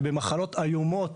ובמחלות איומות